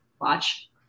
watch